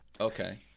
Okay